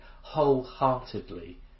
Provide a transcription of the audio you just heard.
wholeheartedly